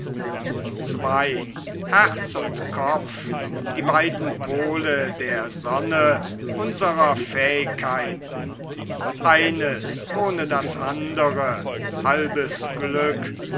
die beiden pole der sonne unserer fähigkeiten eines ohne das andere halbes glück